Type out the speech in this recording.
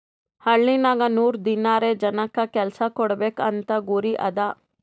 ಹಳ್ಳಿನಾಗ್ ನೂರ್ ದಿನಾರೆ ಜನಕ್ ಕೆಲ್ಸಾ ಕೊಡ್ಬೇಕ್ ಅಂತ ಗುರಿ ಅದಾ